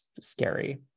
scary